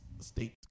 state